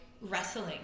wrestling